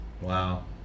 Wow